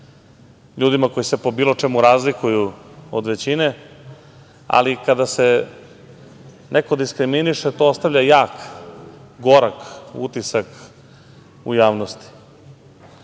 ljudima koji se po bilo čemu razlikuju od većine, ali kada se neko diskriminiše, to ostavlja jak, gorak utisak u javnosti.Dešavalo